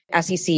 SEC